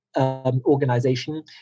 organization